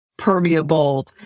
permeable